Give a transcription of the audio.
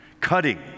cutting